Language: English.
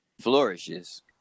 flourishes